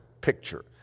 picture